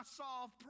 solve